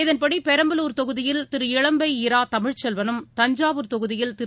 இதன்படிபெரம்பலூர் தொகுதியில் திரு இளம்பை இரா தமிழ்செல்வனும் தஞ்சாவூர் தொகுதியில் திரு